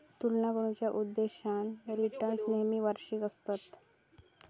तुलना करुच्या उद्देशान रिटर्न्स नेहमी वार्षिक आसतत